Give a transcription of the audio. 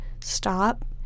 stop